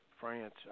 France